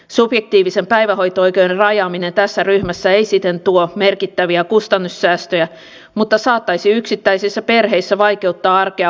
subjektiivisen päivähoito oikeuden rajaaminen tässä ryhmässä ei siten tuo merkittäviä kustannussäästöjä mutta saattaisi yksitäisissä perheissä vaikeuttaa arkea huomattavasti